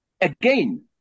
again